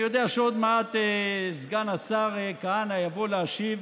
אני יודע שעוד מעט סגן השר כהנא יבוא להשיב